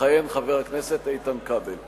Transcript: יכהן חבר הכנסת איתן כבל.